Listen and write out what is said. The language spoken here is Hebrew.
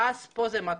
ואז פה זה מתחיל,